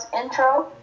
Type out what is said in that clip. intro